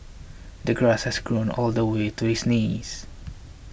the grass has grown all the way to his knees